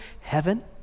heaven